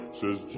says